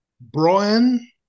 Brian